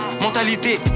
mentalité